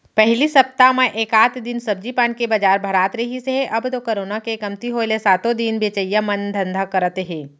पहिली सप्ता म एकात दिन सब्जी पान के बजार भरात रिहिस हे अब तो करोना के कमती होय ले सातो दिन बेचइया मन धंधा करत हे